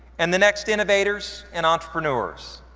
and the next innovators and entrepreneurs.